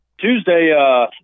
Tuesday